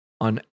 on